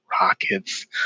Rockets